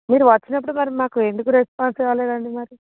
మీరు వచ్చినప్పుడు మరి మాకు ఎందుకు రెస్పాన్స్ కాలేదు అండి మరి